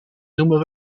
noemen